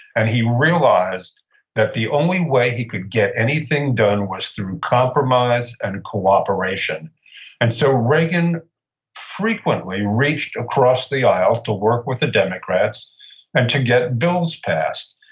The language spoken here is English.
and he realized that the only way he could get anything done was through compromise and cooperation and so, reagan frequently reached across the aisle to work with the democrats and to get bills passed.